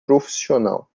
profissional